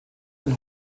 den